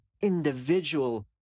individual